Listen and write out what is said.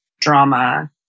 drama